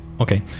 okay